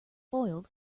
boiled